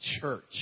church